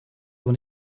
aber